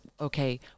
okay